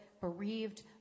bereaved